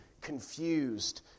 confused